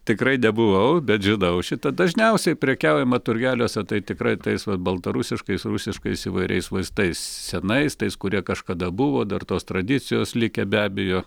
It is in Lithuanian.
tikrai nebuvau bet žinau šitą dažniausiai prekiaujama turgeliuose tai tikrai tais va baltarusiškais rusiškais įvairiais vaistais senais tais kurie kažkada buvo dar tos tradicijos likę be abejo